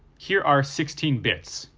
here are sixteen bits,